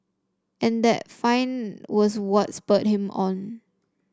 and that find was what spurred him on